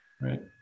right